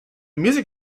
music